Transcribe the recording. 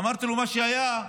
אמרתי לו: מה שהיה,